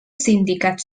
sindicats